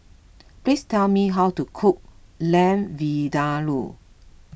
please tell me how to cook Lamb Vindaloo